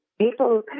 people